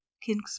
King's